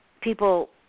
people